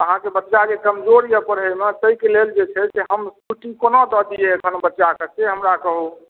अहाँके बच्चा जे कमजोर यऽ पढ़ैमे ताहिके लेल जे छै से हम छुट्टी कोना दऽ दिए अखन हम बच्चाके से हमरा कहु